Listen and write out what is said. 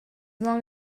long